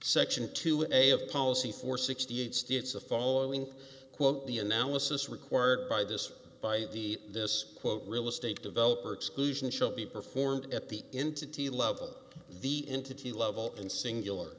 section two a day of policy for sixty eight states the following quote the analysis required by this by the this quote real estate developer exclusion shall be performed at the entity level the entity level in singular